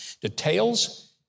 Details